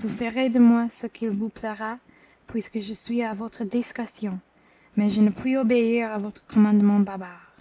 vous ferez de moi ce qu'il vous plaira puisque je suis à votre discrétion mais je ne puis obéir à votre commandement barbare